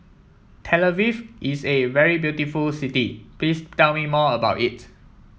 Tel Aviv is a very beautiful city please tell me more about it